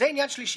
אין מתנגדים